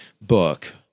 book